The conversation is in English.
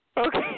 Okay